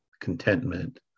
contentment